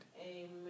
Amen